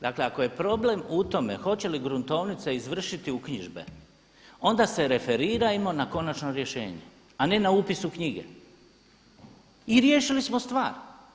Dakle, ako je problem u tome hoće li gruntovnica izvršiti uknjižbe onda se referirajmo na konačno rješenje a ne na upis u knjige i riješili smo stvar.